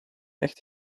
echt